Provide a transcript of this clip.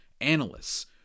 analysts